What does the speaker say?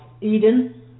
Eden